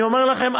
אני אומר לכם,